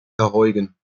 verheugen